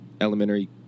elementary